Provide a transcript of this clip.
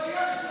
תתבייש לך.